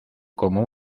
como